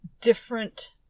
different